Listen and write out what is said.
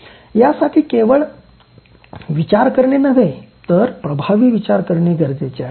यासाठी केवळ विचार करणे नव्हे तर प्रभावी विचार करणे गरजेचे आहे